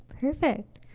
perfect.